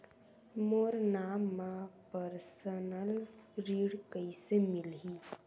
मोर नाम म परसनल ऋण कइसे मिलही?